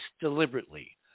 deliberately